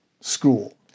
school